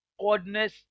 oddness